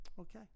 okay